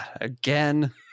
again